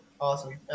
awesome